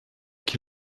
qui